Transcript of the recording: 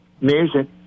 Music